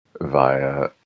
via